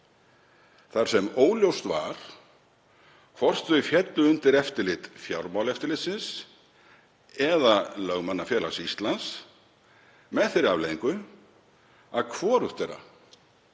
þar sem óljóst var hvort þau féllu undir eftirlit Fjármálaeftirlitsins eða Lögmannafélags Íslands, með þeirri afleiðingu að hvorugt þeirra